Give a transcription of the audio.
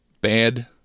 bad